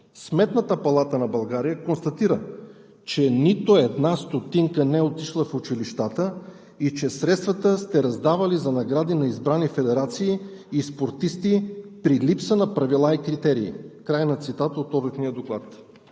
Сметната палата на България констатира, че нито една стотинка не е отишла в училищата и че средствата сте раздавали за награди на избрани федерации и спортисти „при липса на правила и критерии“. Край на цитата от Одитния доклад.